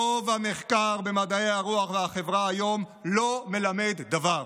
רוב המחקר במדעי הרוח והחברה היום לא מלמד דבר